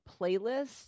playlist